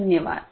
धन्यवाद